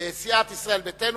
ישראל ביתנו,